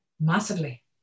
Massively